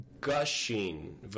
gushing